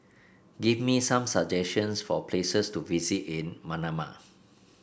give me some suggestions for places to visit in Manama